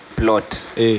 plot